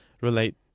relate